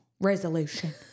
resolution